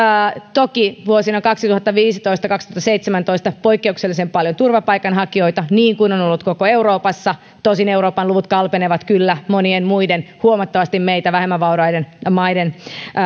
toki vuosina kaksituhattaviisitoista viiva kaksituhattaseitsemäntoista poikkeuksellisen paljon turvapaikanhakijoita niin kuin on on ollut koko euroopassa tosin euroopan luvut kalpenevat kyllä monien muiden huomattavasti meitä vähemmän vauraiden maiden